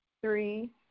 Three